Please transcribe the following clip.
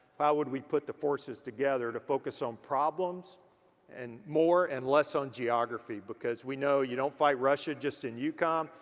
how would we put the forces together to focus on problems and more and less on geography? because we know you don't fight russia just in yukon.